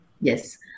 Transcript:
Yes